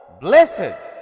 Blessed